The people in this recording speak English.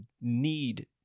need